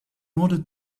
order